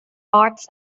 odds